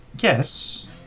Yes